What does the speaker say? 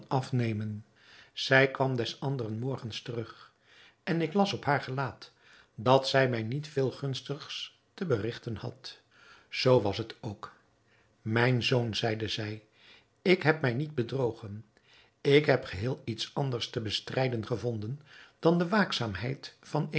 afnemen zij kwam des anderen morgens terug en ik las op haar gelaat dat zij mij niet veel gunstigs te berigten had zoo was het ook mijn zoon zeide zij ik heb mij niet bedrogen ik heb geheel iets anders te bestrijden gevonden dan de waakzaamheid van